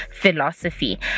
Philosophy